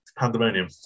pandemonium